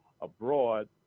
abroad